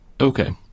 Okay